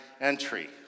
entry